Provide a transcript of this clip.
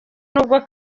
nubwo